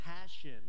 passion